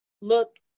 look